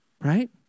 right